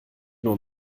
nur